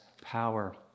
power